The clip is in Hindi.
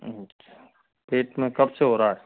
अच्छा पेट में कब से हो रहा है